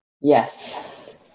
Yes